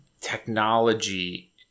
technology